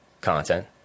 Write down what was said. content